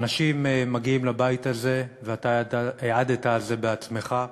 אנשים מגיעים לבית הזה, ואתה העדת על זה בעצמך,